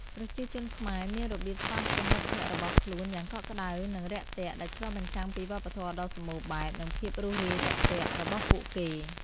ប្រជាជនខ្មែរមានរបៀបស្វាគមន៍មិត្តភក្តិរបស់ខ្លួនយ៉ាងកក់ក្តៅនិងរាក់ទាក់ ដែលឆ្លុះបញ្ចាំងពីវប្បធម៌ដ៏សម្បូរបែបនិងភាពរួសរាយរាក់ទាក់របស់ពួកគេ។